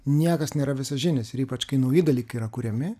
niekas nėra visažinis ir ypač kai nauji dalykai yra kuriami